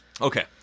okay